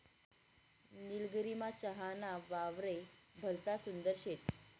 निलगिरीमा चहा ना वावरे भलता सुंदर शेत